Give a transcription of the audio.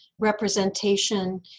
representation